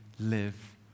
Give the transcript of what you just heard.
live